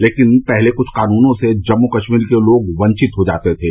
लेकिन पहले क्छ कानूनों से जम्मू कश्मीर के लोग वंवित हो जाते थे